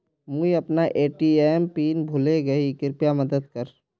मुई अपना ATM PIN भूले गही कृप्या मदद कर